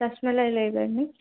రస్మలయి లేదండి